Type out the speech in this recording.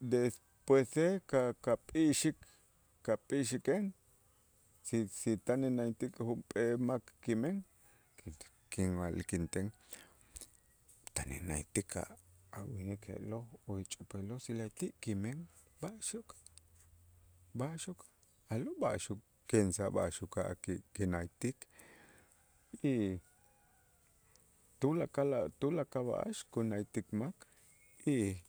Despuese ka' kap'i'ixik kap'i'ixiken si- si tan innaaytik junp'ee mak kimen, kinwa'lik inten tan innaaytik a' a' winik je'lo' o ixch'upaaloo' si la'ayti' kimen b'a'axoo' b'a'axoo' a'lo' b'a'axoo' kinsaj, ba'ax uka'aj ki- kinnaaytik y tulakal a' tulakal b'a'ax kunaaytik mak y